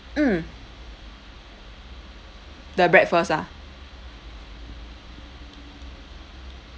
mm the breakfast ah